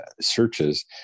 searches